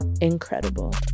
incredible